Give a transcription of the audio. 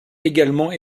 également